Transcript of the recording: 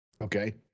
Okay